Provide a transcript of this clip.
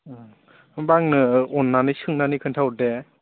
होनबा आंनो अननानै सोंनानै खोनथाहर दे